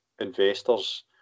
investors